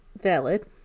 Valid